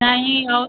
नहीं और